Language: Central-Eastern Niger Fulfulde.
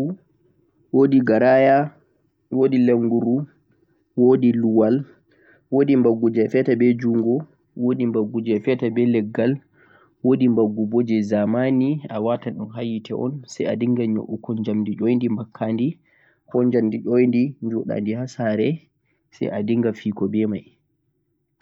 wodi ɓaggu, wodi garaya, lenguru, luwal, ɓaggu je zamanii